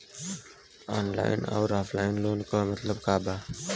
Online अउर offline loan क मतलब का बा?